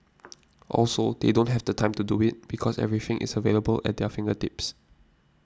also they don't have the time to do it because everything is available at their fingertips